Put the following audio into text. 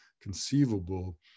conceivable